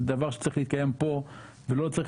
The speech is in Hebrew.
זה דבר שצריך להתקיים פה ולא צריך